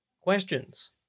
questions